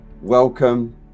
welcome